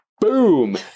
Boom